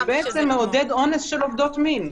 -- זה מעודד אונס של עובדות מין.